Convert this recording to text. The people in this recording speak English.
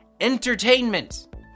entertainment